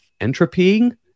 entropying